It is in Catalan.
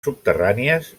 subterrànies